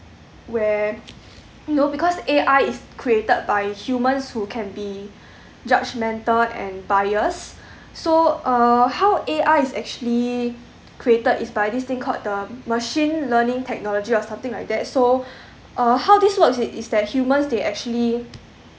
where you know because A_I is created by humans who can be judgmental and bias so uh how A_I is actually created is by this thing called the machine learning technology or something like that so uh how this works is that humans they actually